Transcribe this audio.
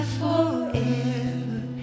forever